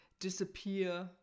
disappear